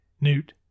Newt